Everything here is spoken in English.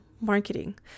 marketing